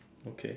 okay